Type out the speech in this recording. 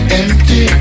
empty